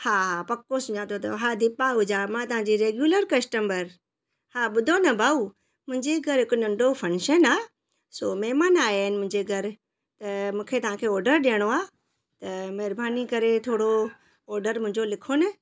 हा पको सुञातो अथव हा दीपा आहुजा मां तव्हांजी रेगुलर कस्टंबर हा ॿुधो न भाऊ मुंहिंजे घरु हिकु नंढो फंक्शन आहे सो महिमान आया आहिनि मुंहिंजे घर त मूंखे तव्हांखे ऑडर ॾियणो आहे त महिरबानी करे अ थोरो ऑडर मुंहिंजो लिखो न